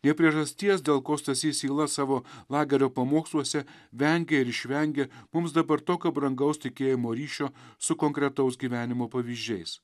ir priežasties dėl ko stasys yla savo lagerio pamoksluose vengia ir išvengia mums dabar tokio brangaus tikėjimo ryšio su konkretaus gyvenimo pavyzdžiais